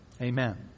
Amen